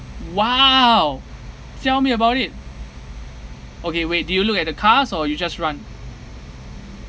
!wow! tell me about it okay wait do you look at the cars or you just run